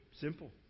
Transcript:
Simple